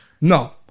No